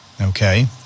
okay